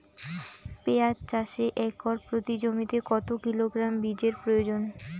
পেঁয়াজ চাষে একর প্রতি জমিতে কত কিলোগ্রাম বীজের প্রয়োজন?